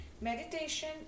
Meditation